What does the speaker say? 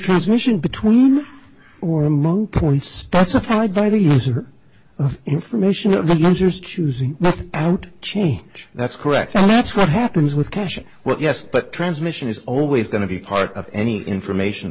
transmission between or among points specified by the user of information of the answers choosing out change that's correct and that's what happens with caching well yes but transmission is always going to be part of any information